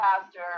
Pastor